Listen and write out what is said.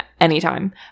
anytime